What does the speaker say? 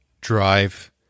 drive